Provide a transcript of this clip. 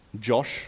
Josh